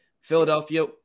Philadelphia